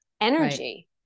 energy